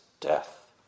death